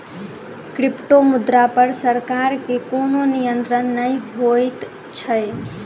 क्रिप्टोमुद्रा पर सरकार के कोनो नियंत्रण नै होइत छै